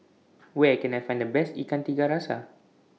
Where Can I Find The Best Ikan Tiga Rasa